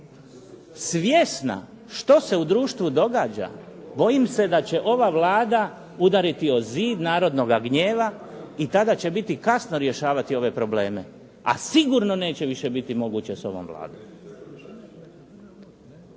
svjesna što se u društvu događa, bojim se da će ova Vlada udariti o zid narodnoga gnjeva i tada će biti kasno rješavati ove probleme, a sigurno neće više biti moguće s ovom Vladom.